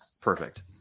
Perfect